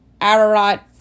Ararat